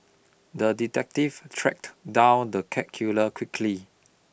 the detective tracked down the cat killer quickly